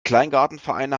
kleingartenvereine